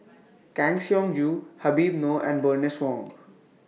Kang Siong Joo Habib Noh and Bernice Wong